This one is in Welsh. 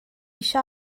eisiau